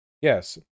Yes